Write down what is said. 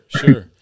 sure